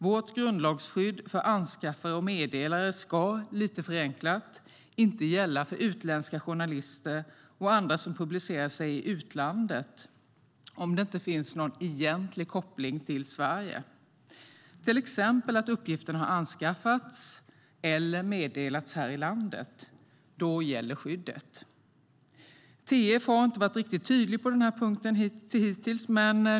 Vårt grundlagsskydd för anskaffare och meddelare ska, lite förenklat, inte gälla för utländska journalister och andra som publicerar sig i utlandet om det inte finns någon egentlig koppling till Sverige, till exempel att uppgifterna har anskaffats eller meddelats här i landet. Då gäller skyddet. TF har hittills inte varit riktigt tydlig på den punkten, men nu blir den det.